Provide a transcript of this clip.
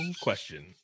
question